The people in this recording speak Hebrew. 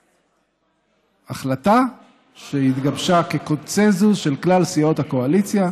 החלטה שהתגבשה כקונסנזוס של כלל סיעות הקואליציה.